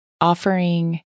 offering